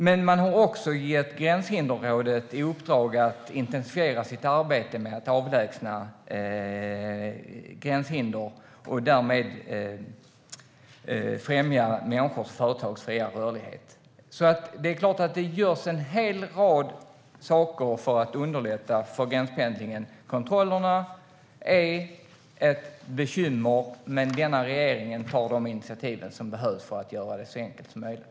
Men man har också gett Gränshinderrådet i uppdrag att intensifiera sitt arbete med att avlägsna gränshinder och därmed främja människors och företags fria rörlighet. Det är klart att det görs en hel rad saker för att underlätta för gränspendlingen. Kontrollerna är ett bekymmer, men denna regering tar de initiativ som behövs för att göra detta så enkelt som möjligt.